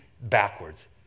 backwards